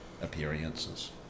Appearances